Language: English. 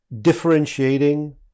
differentiating